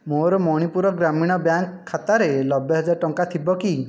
ମୋ'ର ମଣିପୁର ଗ୍ରାମୀଣ ବ୍ୟାଙ୍କ୍ ଖାତାରେ ନବେ ହଜାର ଟଙ୍କା ଥିବ କି